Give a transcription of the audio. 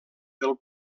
del